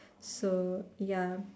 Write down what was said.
so ya